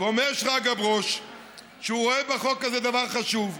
ואומר שרגא ברוש שהוא רואה בחוק הזה דבר חשוב.